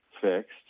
fixed